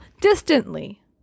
Distantly